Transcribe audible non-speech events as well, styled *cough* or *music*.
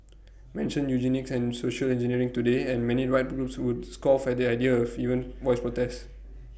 mention eugenics and social engineering today and many rights groups would scoff at the idea *noise* even voice protest